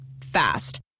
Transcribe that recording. Fast